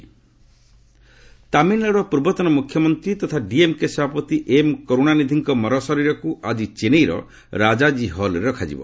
କରୁଣାନିଧି ତାମିଲନାଡୁର ପୂର୍ବତନ ମୁଖ୍ୟମନ୍ତ୍ରୀ ତଥା ଡିଏମ୍କେ ସଭାପତି ଏମ୍ କରୁଣାନିଧିଙ୍କ ମରଶରୀରକୁ ଆଜି ଚେନ୍ନାଇର ରାଜାଜୀ ହଲ୍ରେ ରଖାଯିବ